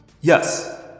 Yes